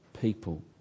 people